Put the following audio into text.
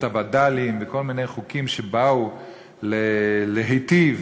הווד"לים וכל מיני חוקים שבאו להיטיב